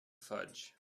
fudge